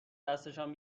دستشان